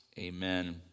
Amen